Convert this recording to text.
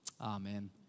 Amen